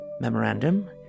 Memorandum